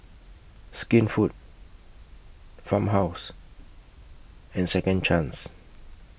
Skinfood Farmhouse and Second Chance